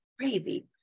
crazy